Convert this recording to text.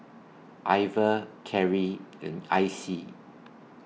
Iver Carri and Icey